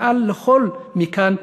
מעל לכול מכאן,